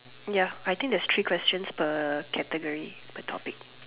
ya I think there's three questions per category per topic